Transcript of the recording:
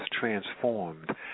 transformed